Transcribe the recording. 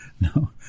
No